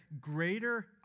Greater